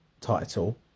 title